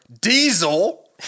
Diesel